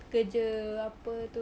kerja apa tu